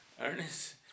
Ernest